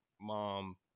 mom